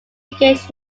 engaged